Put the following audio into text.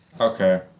Okay